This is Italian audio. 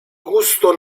gusto